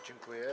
Dziękuję.